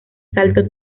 salto